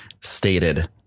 stated